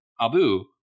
Abu